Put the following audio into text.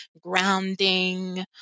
grounding